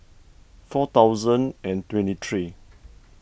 four thousand and twenty three